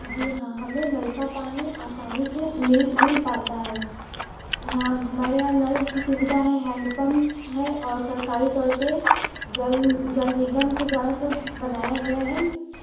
जी हाँ हमें नल का पानी आसानी से मिल मिल पाता है यहाँ हमारे यहाँ नल की सुविधा है हैंडपंप है और सरकारी तौर पे जल जल निगम के द्वारा सब बनाया गया है